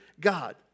God